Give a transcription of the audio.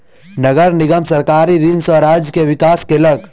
नगर निगम सरकारी ऋण सॅ राज्य के विकास केलक